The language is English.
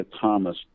Thomas